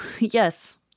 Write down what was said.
yes